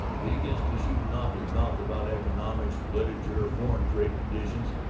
he gets to shooting off his mouth about economics or literature or foreign trade conditions,